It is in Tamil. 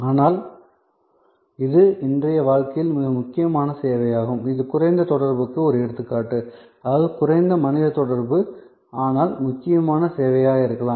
ஆனால் இது இன்றைய வாழ்க்கையில் மிக முக்கியமான சேவையாகும் இது குறைந்த தொடர்புக்கு ஒரு எடுத்துக்காட்டு அதாவது குறைந்த மனித தொடர்பு ஆனால் முக்கியமான சேவையாக இருக்கலாம்